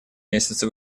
месяце